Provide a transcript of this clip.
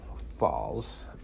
falls